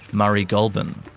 murray goulburn.